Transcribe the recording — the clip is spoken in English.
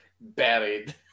Buried